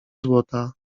złota